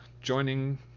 joining